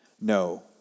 No